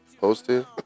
posted